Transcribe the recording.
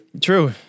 True